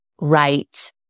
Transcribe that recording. right